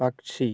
പക്ഷി